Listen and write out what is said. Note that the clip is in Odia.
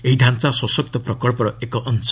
ଏହି ଢ଼ାଞ୍ଚା ସଶକ୍ତ ପ୍ରକଳ୍ପର ଏକ ଅଂଶ